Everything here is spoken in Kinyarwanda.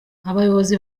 abayobozi